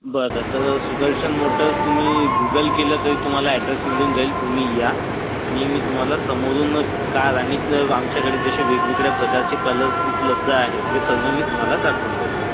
बरं तर सुदर्शन मोटर्स तुम्ही गुगल केलं तरी तुम्हाला ॲड्रेस मिळून जाईल तुम्ही या आणि मी तुम्हाला समोरून कार आणि आमच्याकडे जसे वेगवेगळ्या प्रकारचे कलर्स उपलब्ध आहेत ते सर्व मी तुम्हाला दाखवून देतो